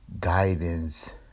guidance